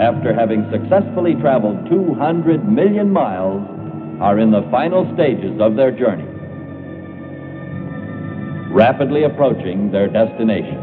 after having successfully problem too hundred million miles are in the final stages of their journey rapidly approaching their destination